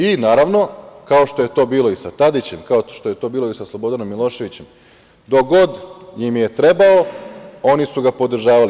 I, naravno, kao što je to bilo i sa Tadićem, kao što je to bilo i sa Slobodnom Miloševićem, dogod im je trebao, oni su ga podržavali.